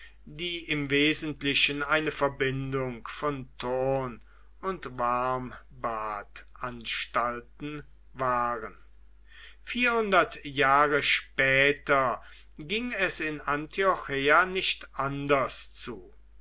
die im wesentlichen eine verbindung von turn und warmbadanstalten waren vierhundert jahre später ging es in antiocheia nicht anders zu